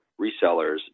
resellers